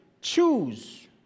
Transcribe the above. choose